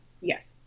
Yes